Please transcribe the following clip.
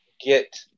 get –